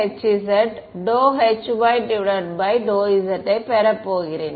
சரி நான் ஒரு x1hz∂Hy∂z ஐப் பெறப் போகிறேன்